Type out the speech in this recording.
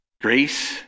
grace